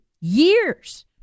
years